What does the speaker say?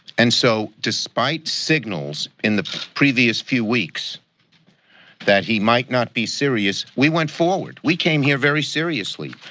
and so, despite signals in the previous few weeks that he might not be serious, we went forward. we came here very seriously.